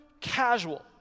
casual